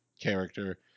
character